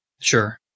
Sure